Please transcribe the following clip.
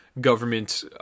government